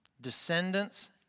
Descendants